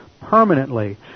permanently